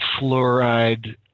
fluoride